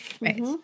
Right